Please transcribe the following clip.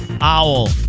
Owl